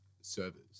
servers